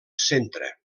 centre